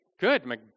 good